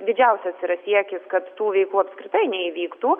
didžiausias yra siekis kad tų veikų apskritai neįvyktų